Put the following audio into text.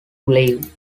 leave